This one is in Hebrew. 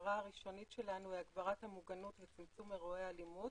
המטרה הראשונית היא הגברת המוגנות וצמצום אירועי אלימות